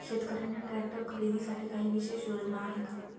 शेतकऱ्यांना ट्रॅक्टर खरीदीसाठी काही विशेष योजना आहे का?